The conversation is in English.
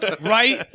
Right